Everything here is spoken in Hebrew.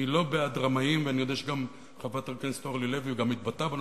אני לא בעד רמאים ואני יודע גם שחברת הכנסת אורלי לוי התבטאה בנושא.